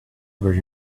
very